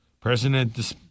President